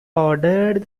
ordered